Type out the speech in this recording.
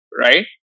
right